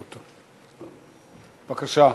בבקשה,